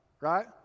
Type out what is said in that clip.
Right